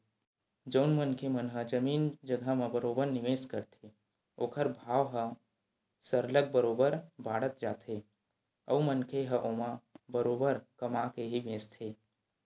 जउन मनखे मन ह जमीन जघा म बरोबर निवेस करथे ओखर भाव ह सरलग बरोबर बाड़त जाथे अउ मनखे ह ओमा बरोबर कमा के ही बेंचथे